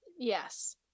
yes